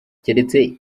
keretse